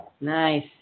Nice